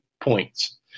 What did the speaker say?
points